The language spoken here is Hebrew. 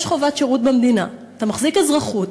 יש חובת שירות במדינה, אתה מחזיק אזרחות,